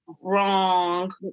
Wrong